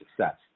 success